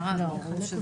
לא